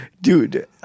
Dude